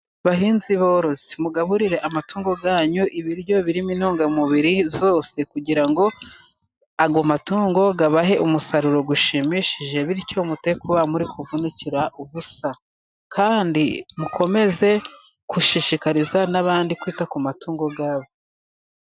Bahinzi borozi mugaburire amatungo yanyu ibiryo birimo intungamubiri zose, kugira ngo ayo matungo abahe umusaruro ushimishije, bityo mureke kuba muri kuvunikira ubusa. Kandi mukomeze gushishikariza n'abandi kwita ku matungo ubwabo.